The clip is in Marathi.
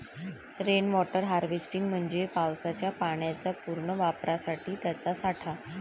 रेन वॉटर हार्वेस्टिंग म्हणजे पावसाच्या पाण्याच्या पुनर्वापरासाठी त्याचा साठा